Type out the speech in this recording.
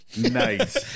Nice